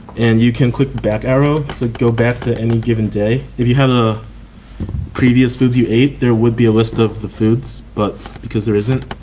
and you can click the back arrow to go back to any given day if you had ah previous foods you ate there would be a list of the foods. but because there isn't.